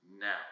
now